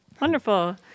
Wonderful